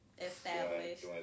established